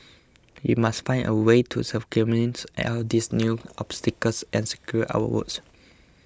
we must find a way to circumvent all these new obstacles and secure our votes